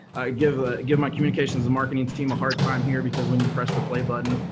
give ah give my communications and marketing team a hard time here because when you press the play button,